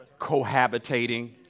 Cohabitating